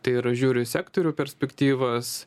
tai yra žiūri sektorių perspektyvas